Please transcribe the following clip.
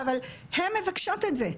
אבל הן מבקשות את זה,